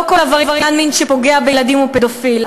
לא כל עבריין מין שפוגע בילדים הוא פדופיל,